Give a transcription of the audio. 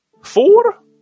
four